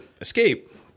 escape